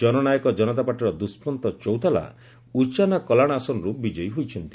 ଜନନାୟକ ଜନତା ପାର୍ଟିର ଦୁଷ୍କନ୍ତ ଚୌତାଲା ଉଚ୍ଚନା କଲାଣ ଆସନର୍ ବିଜୟୀ ହୋଇଛନ୍ତି